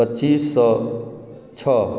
पचीस सए छओ